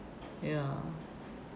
ya